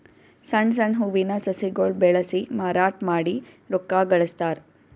ಸಣ್ಣ್ ಸಣ್ಣ್ ಹೂವಿನ ಸಸಿಗೊಳ್ ಬೆಳಸಿ ಮಾರಾಟ್ ಮಾಡಿ ರೊಕ್ಕಾ ಗಳಸ್ತಾರ್